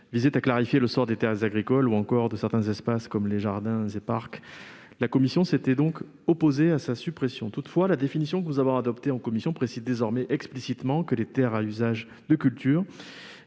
visait à clarifier le sort des terres agricoles ou encore de certains espaces comme les jardins et les parcs. La commission s'était donc opposée à sa suppression. Toutefois, la définition que nous avons adoptée en commission précise désormais explicitement que les terres à usage de culture